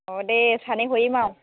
अ' दे सानै हयै माव